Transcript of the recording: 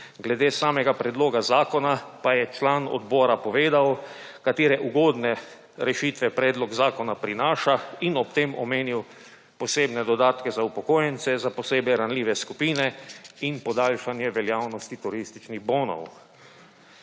Glede samega predloga zakona pa je član odbora povedal, katere ugodne rešitve predlog zakona prinaša, in ob tem omenil posebne dodatke za upokojence, za posebej ranljive skupine in podaljšanje veljavnosti turističnih bonov.